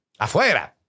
Afuera